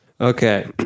Okay